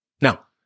Now